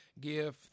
give